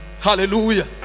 Hallelujah